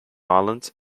islands